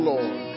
Lord